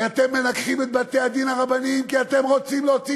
כי אתם מנגחים את בתי-הדין הרבניים כי אתם רוצים להוציא